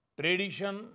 tradition